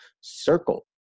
circle